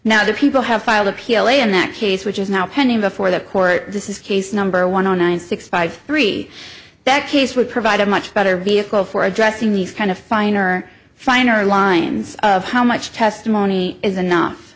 the people have filed appeal in that case which is now pending before the court this is case number one and six five three that case would provide a much better vehicle for addressing these kind of finer finer lines of how much testimony is enough